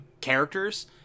characters